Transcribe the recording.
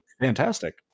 fantastic